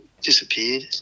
disappeared